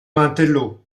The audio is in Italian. mantello